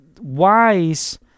wise